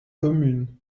commune